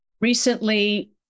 recently